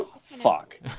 fuck